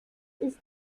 ist